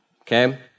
Okay